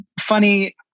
funny